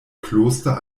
kloster